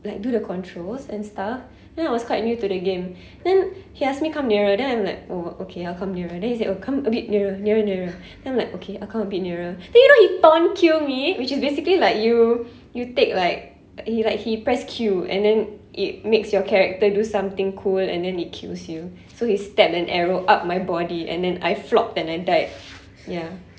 like do the controls and stuff then I was quite new to the game then he ask me come nearer then I'm like okay I'll come nearer then he said it'll come a bit nearer nearer nearer then I'm like okay I'll come a bit nearer then you know he taunt kill me which is basically like you you take like he like he pressed Q and then it makes your character do something cool and then it kills you so he stabbed an arrow up my body and then I flopped and a died ya